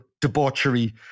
debauchery